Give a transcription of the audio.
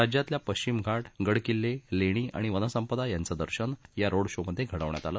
राज्यातल्या पश्चिम घाट गड किल्ले लेणी आणि वनसंपदा यांचं दर्शन या रोड शो मधे घडवण्यात आलं